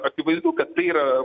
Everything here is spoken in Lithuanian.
akivaizdu kad tai yra